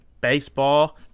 baseball